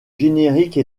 générique